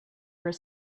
were